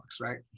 right